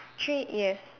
three yes